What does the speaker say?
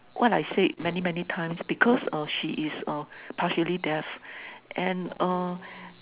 what I say many many times because uh she is partially deaf and uh